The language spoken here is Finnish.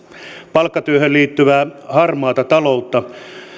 palkkatyöhön liittyvää harmaata taloutta